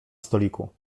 stoliku